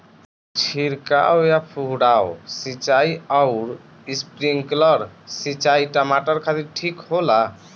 छिड़काव या फुहारा सिंचाई आउर स्प्रिंकलर सिंचाई टमाटर खातिर ठीक होला?